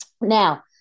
Now